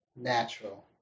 natural